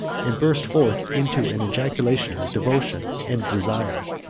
and burst forth into an ejaculation of devotion and desire.